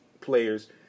players